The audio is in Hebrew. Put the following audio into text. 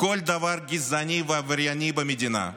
כל דבר גזעני ועברייני במדינה,